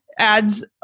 adds